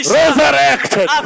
resurrected